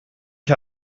ich